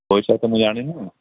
ପଇସା ତୁମେ ଜାଣିନ